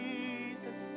Jesus